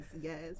yes